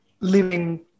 living